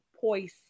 poise